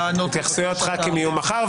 התייחסויות חברי כנסת יהיו מחר,